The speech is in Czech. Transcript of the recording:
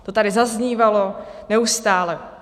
To tady zaznívalo neustále.